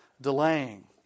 delaying